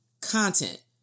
content